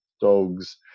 dogs